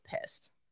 pissed